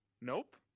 Nope